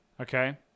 Okay